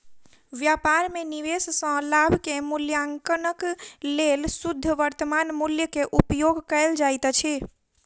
व्यापार में निवेश सॅ लाभ के मूल्याङकनक लेल शुद्ध वर्त्तमान मूल्य के उपयोग कयल जाइत अछि